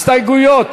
הסתייגויות.